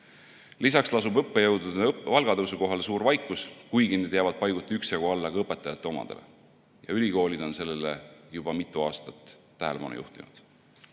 Lisaks lasub õppejõudude palga tõusu kohal suur vaikus, kuigi need jäävad paiguti üksjagu alla ka õpetajate omadele ja ülikoolid on sellele juba mitu aastat tähelepanu juhtinud.